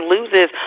Loses